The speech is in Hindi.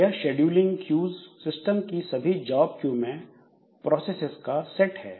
यह शेड्यूलिंग क्यूस सिस्टम की सभी जॉब क्यू में प्रोसेसेस का सेट है